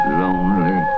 lonely